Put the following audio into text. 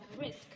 risk